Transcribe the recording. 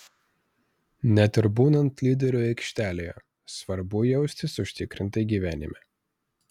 net ir būnant lyderiu aikštelėje svarbu jaustis užtikrintai gyvenime